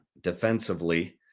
defensively